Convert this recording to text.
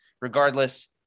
regardless